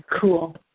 Cool